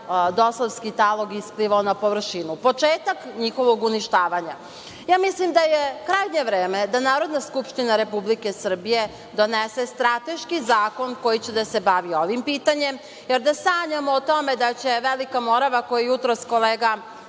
dosovski talog isplivao na površinu, početak njihovog uništavanja? Ja mislim da je krajnje vreme da Narodna skupština Republike Srbije donese strateški zakon koji će da se bavi ovim pitanjem, jer da sanjamo o tome da će Velika Morava, koju je jutros kolega